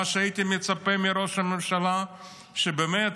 מה שהייתי מצפה מראש הממשלה שבאמת,